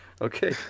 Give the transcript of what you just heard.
Okay